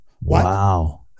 Wow